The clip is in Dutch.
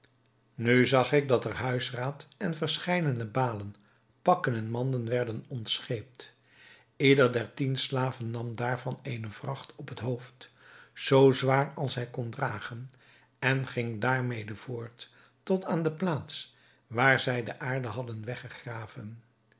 nu zag ik dat er huisraad en verscheidene balen pakken en manden werden ontscheept ieder der tien slaven nam daarvan eene vracht op het hoofd zoo zwaar als hij kon dragen en ging daarmede voort tot aan de plaats waar zij de aarde hadden weggegraven